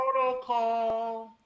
protocol